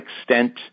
extent